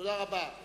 תודה רבה.